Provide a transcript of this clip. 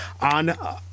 on